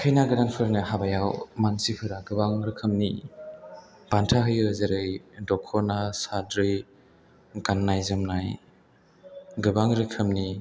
खैना गोदानफोरनो हाबायाव मानसिफोरा गोबां रोखोमनि बान्था होयो जेरै दख'ना साद्रि गान्नाय जोमनाय गोबां रोखोमनि